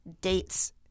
dates